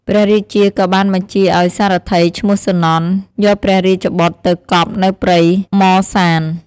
ព្រះរាជាក៏បានបញ្ជាឱ្យសារថីឈ្មោះ សុនន្ទ យកព្រះរាជបុត្រទៅកប់នៅព្រៃហ្មសាន។